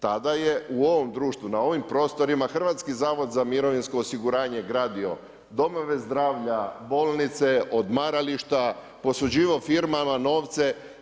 Tada je u ovom društvu, na ovim prostorima Hrvatski zavod za mirovinsko osiguranje gradio domove zdravlja, bolnice, odmarališta, posuđivao firmama novce.